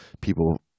people